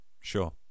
Sure